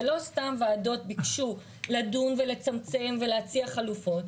ולא סתם ועדות ביקשו לדון ולצמצם ולהציע חלופות,